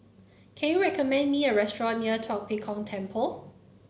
can you recommend me a restaurant near Tua Pek Kong Temple